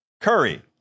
curry